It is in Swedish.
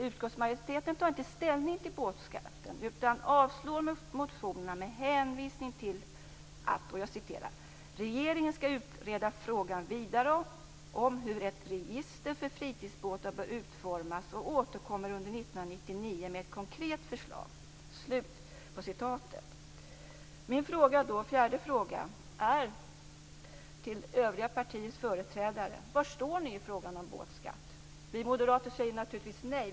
Utskottsmajoriteten tar inte ställning till båtskatten utan avstyrker motionerna med hänvisning till att regeringen skall utreda frågan vidare om hur ett register för fritidsbåtar bör utformas och återkommer under 1999 med ett konkret förslag. Min fjärde fråga till övriga partiers företrädare är: Var står ni i frågan om båtskatt? Vi moderater säger naturligtvis nej.